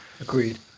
agreed